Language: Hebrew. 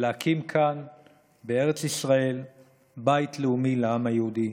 להקים כאן בארץ ישראל בית לאומי לעם היהודי.